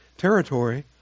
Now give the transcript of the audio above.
territory